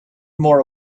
more